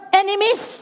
enemies